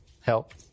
Help